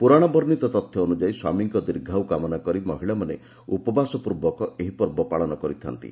ପୁରାଶ ବର୍ଷିତ ତଥ୍ୟ ଅନୁଯାୟୀ ସ୍ୱାମୀଙ୍ଙ ଦୀର୍ଘାୟୁ କାମନା କରି ମହିଳାମାନେ ଉପବାସ ପୂର୍ବକ ଏହି ପର୍ବ ପାଳନ କରିଥାନ୍ତି